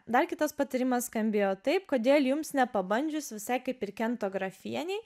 dar kitas patyrimas skambėjo taip kodėl jums nepabandžius visai kaip ir kento grafienei